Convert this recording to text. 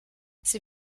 sie